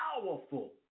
powerful